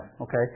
Okay